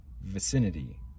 vicinity